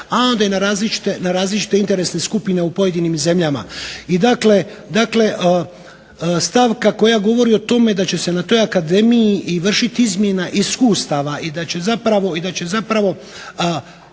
a onda i na različite interesne skupine u pojedinim zemljama. I dakle, stavka koja govori o tome da će se na toj akademiji i vršiti izmjena iskustava i da će zapravo